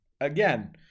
again